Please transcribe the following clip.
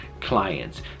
clients